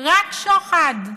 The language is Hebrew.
רק שוחד.